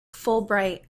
fulbright